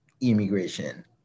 immigration